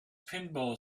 pinball